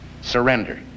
Surrender